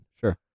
Sure